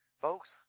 Folks